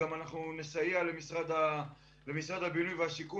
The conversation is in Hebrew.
אנחנו גם נסייע למשרד הבינוי והשיכון